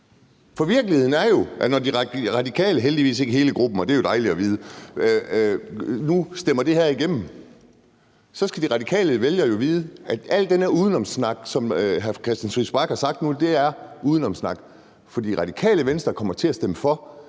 ser vi verden derude. For når De Radikale – heldigvis ikke hele gruppen, og det er jo dejligt at vide – nu stemmer det her igennem, så skal de radikale vælgere jo vide, at al den snak, som hr. Christian Friis Bach er kommet med nu, er udenomssnak. For Radikale Venstre kommer til at stemme for,